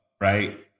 right